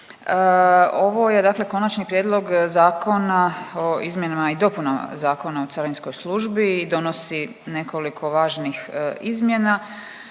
Ovo je dakle Konačni prijedlog Zakona o izmjenama i dopunama Zakona o carinskoj službi i donosi nekoliko važnih izmjena,